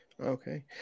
Okay